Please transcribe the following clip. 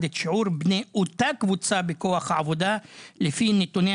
את שיעור בני אותה קבוצה בכוח העבודה לפי נתוני